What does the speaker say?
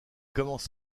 commence